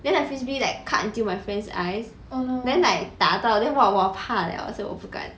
then like frisbee like cut until my friends' eyes then like 打到 then 我怕了所以我不敢